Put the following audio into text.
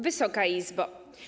Wysoka Izbo!